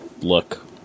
look